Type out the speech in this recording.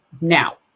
Now